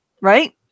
Right